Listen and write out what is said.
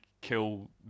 kill